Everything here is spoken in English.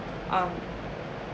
um